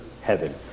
heaven